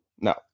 No